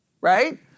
right